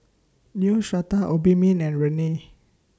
Neostrata Obimin and Rene